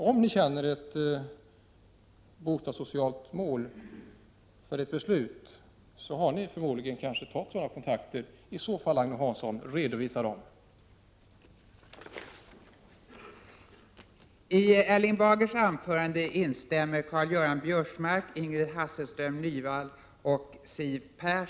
Om ni i centerpartiet har ett bostadssocialt mål som grund för ert beslut har ni förmodligen tagit sådana kontakter, och i så fall bör ni redovisa dem, Agne Hansson.